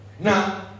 Now